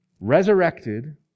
resurrected